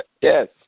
Yes